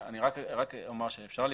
אומר שאפשר לקבוע,